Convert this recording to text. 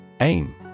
Aim